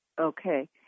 Okay